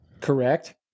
Correct